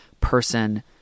person